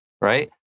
Right